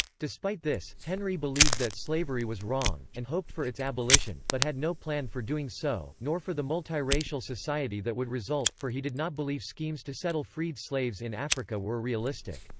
despite this, henry believed that slavery was wrong, and hoped for its abolition, but had no plan for doing so, nor for the multiracial society that would result, for he did not believe schemes to settle freed slaves in africa were realistic,